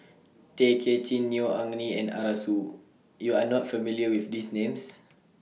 Tay Kay Chin Neo Anngee and Arasu YOU Are not familiar with These Names